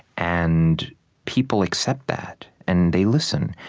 and people accept that, and they listen.